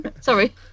Sorry